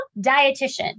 dietitian